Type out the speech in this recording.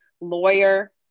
lawyer